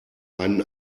einen